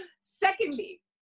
Secondly